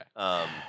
Okay